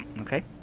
okay